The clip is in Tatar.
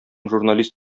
журналист